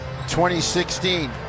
2016